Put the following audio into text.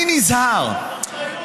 אני נזהר, מה בסדר?